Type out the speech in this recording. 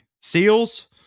Seals